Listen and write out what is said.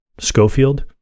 Schofield